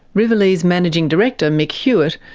rivalea's managing director, mick hewat,